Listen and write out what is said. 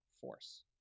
force